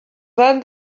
van